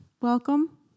Welcome